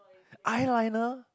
eyeliner